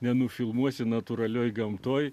nenufilmuosi natūralioje gamtoje